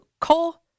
Cole